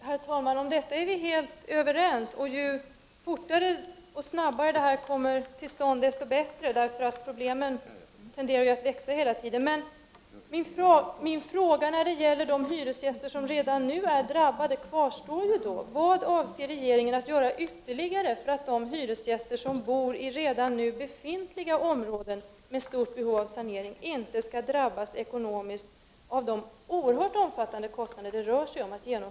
Herr talman! Om detta är vi helt överens och ju fortare det kommer till stånd, desto bättre är det, eftersom problemen tenderar att växa hela tiden. Min fråga beträffande de hyresgäster som redan har drabbats kvarstår. Vad avser regeringen att göra ytterligare för att de hyresgäster som bor i områden som redan är i behov av sanering inte skall drabbas ekonomiskt av de oerhört stora kostnader som det rör sig om?